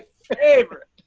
favorite!